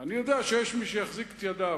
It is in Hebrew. אני יודע שיש מי שיחזיק את ידיו.